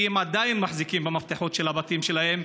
כי הם עדיין מחזיקים במפתחות של הבתים שלהם,